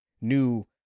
new